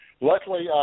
luckily